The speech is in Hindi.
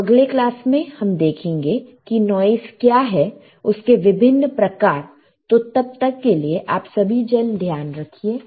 तो अगले क्लास में हम देखेंगे कि नॉइस क्या है उसके विभिन्न प्रकार तो तब तक के लिए आप सभी जन ध्यान रखिए